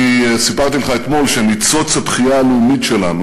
אני סיפרתי לך אתמול שניצוץ התחייה הלאומית שלנו